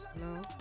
No